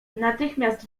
natychmiast